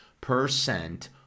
percent